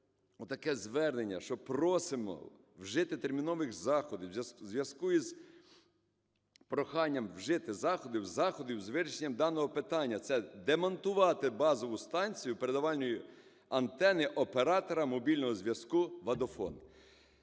отаке звернення, що просимо вжити термінових заходів, у зв'язку із проханням вжити заходів, заходів з вирішення даного питання. Це демонтувати базову станцію передавальної антени оператора мобільного зв'язку Vodafone